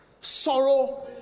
sorrow